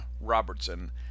Robertson